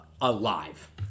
alive